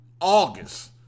August